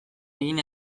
egin